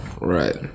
right